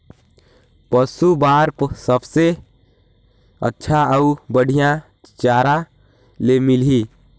पशु बार सबले अच्छा अउ बढ़िया चारा ले मिलही?